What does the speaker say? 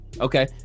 Okay